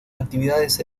actividades